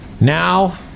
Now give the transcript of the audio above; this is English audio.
Now